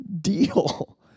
deal